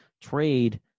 trade